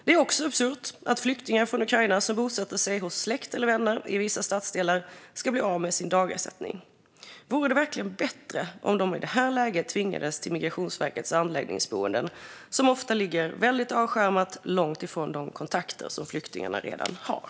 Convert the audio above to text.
Det är också absurt att flyktingar från Ukraina som bosätter sig hos släkt eller vänner i vissa stadsdelar ska bli av med sin dagersättning. Vore det verkligen bättre om de i detta läge tvingades till Migrationsverkets anläggningsboenden, som ofta ligger väldigt avskärmat långt från de kontakter som flyktingarna redan har?